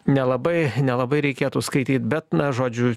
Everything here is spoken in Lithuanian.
nelabai nelabai reikėtų skaityt bet na žodžiu